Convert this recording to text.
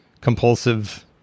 compulsive